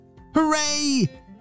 Hooray